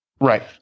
Right